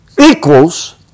equals